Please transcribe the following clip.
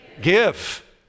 give